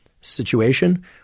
situation